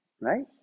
Right